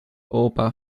opa